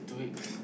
two weeks